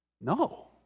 No